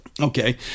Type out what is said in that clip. okay